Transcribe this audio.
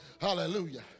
Hallelujah